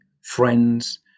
friends